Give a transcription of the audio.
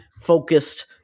focused